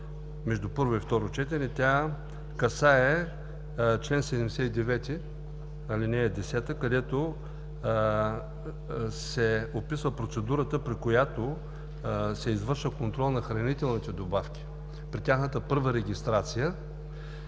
между първо и второ четене. Тя касае чл. 79, ал. 10, където се описва процедурата, при която се извършва контрол на хранителните добавки при тяхната първа регистрация.